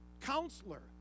counselor